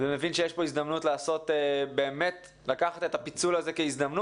ומבין שאפשר לקחת את הפיצול הזה כהזדמנות.